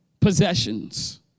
possessions